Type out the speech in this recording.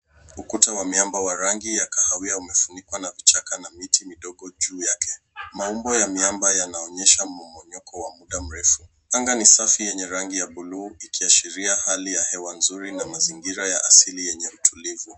Ukuta wa miamba wa rangi ya kahawia umefunikwa na kichaka na miti midogo juu yake. Maumbo ya miamba yanaonyesha momonyoko wa muda mrefu. Anga ni safi yenye rangi ya buluu ikiashiria hali ya hewa nzuri na mazingira ya asili yenye utulivu.